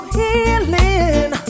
healing